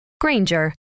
Granger